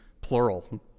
plural